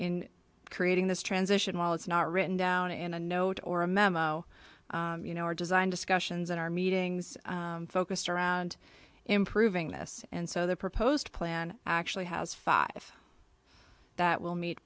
in creating this transition while it's not written down in a note or a memo you know our design discussions in our meetings focused around improving this and so the proposed plan actually has five that will meet